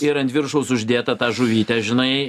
ir ant viršaus uždėta ta žuvytė žinai